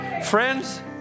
Friends